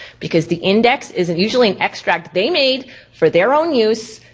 because the index is a usually extract they made for their own use,